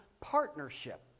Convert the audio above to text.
partnership